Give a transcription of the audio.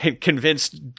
convinced